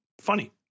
funny